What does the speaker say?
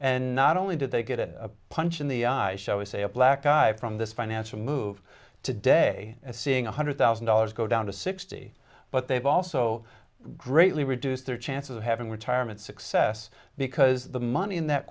and not only did they get a punch in the show say a black guy from this financial move today seeing one hundred thousand dollars go down to sixty but they've also greatly reduced their chances of having retirement success because the money in that